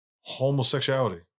homosexuality